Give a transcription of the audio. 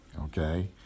okay